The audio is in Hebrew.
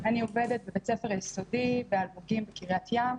עובדת בבית ספר היסודי אלמוגים בקריית ים,